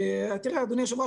אדוני היושב-ראש,